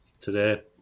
today